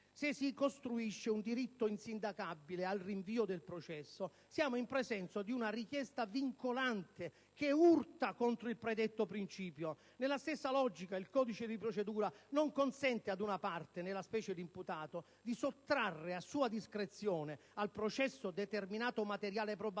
Se si costruisce un diritto insindacabile al rinvio del processo, siamo in presenza di una richiesta vincolante, che urta contro il predetto principio. Nella stessa logica, il codice di procedura penale non consente ad una parte - nella specie l'imputato - di sottrarre, a sua discrezione, al processo determinato materiale probatorio